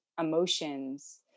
emotions